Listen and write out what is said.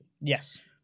Yes